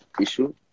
issue